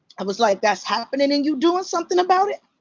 i was like. that's happening, and you're doing something about it?